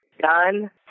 done